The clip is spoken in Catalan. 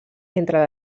entre